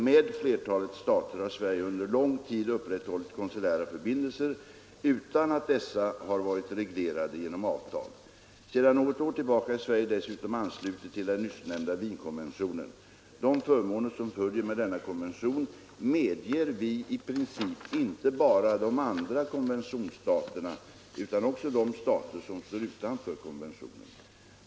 Med flertalet stater har Sverige under lång tid upprätthållit konsulära förbindelser utan att dessa har varit reglerade genom avtal. Sedan något år tillbaka är Sverige dessutom anslutet till den nyssnämnda Wienkonventionen. De förmåner som följer av denna konvention medger vi i princip inte bara de andra konventionsstaterna utan också de stater som står utanför konventionen.